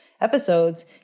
episodes